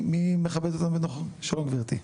שלום, גברתי.